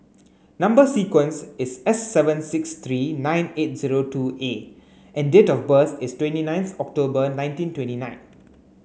number sequence is S seven six three nine eight zero two A and date of birth is twenty ninth October nineteen twenty nine